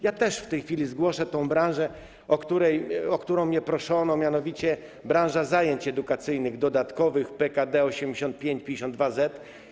Ja też w tej chwili zgłoszę branżę, o której zgłoszenie mnie proszono, a mianowicie branżę zajęć edukacyjnych dodatkowych, PKD 85.52.Z.